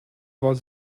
was